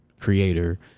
creator